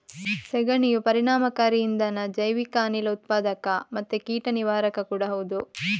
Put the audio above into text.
ಸೆಗಣಿಯು ಪರಿಣಾಮಕಾರಿ ಇಂಧನ, ಜೈವಿಕ ಅನಿಲ ಉತ್ಪಾದಕ ಮತ್ತೆ ಕೀಟ ನಿವಾರಕ ಕೂಡಾ ಹೌದು